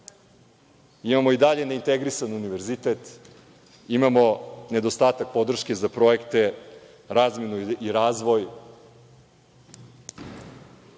i dalje neintegrisan univerzitet. Imamo nedostatak podrške za projekte – razmenu i razvoj.